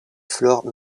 flore